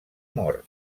mor